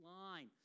line